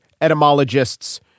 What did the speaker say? etymologists